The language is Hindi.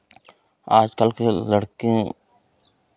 आज कल के लड़के